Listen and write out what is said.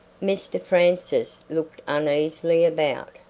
mr francis looked uneasily about,